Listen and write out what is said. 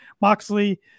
Moxley